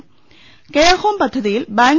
care home പദ്ധതിയിൽ bank